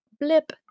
blip